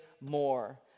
more